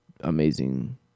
amazing